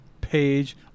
page